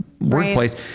workplace